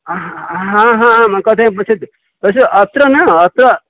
अह् हा हा म कथय पृच्छतु तद् अत्र न अत्र